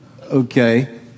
okay